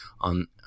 on